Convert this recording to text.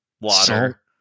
Water